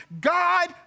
God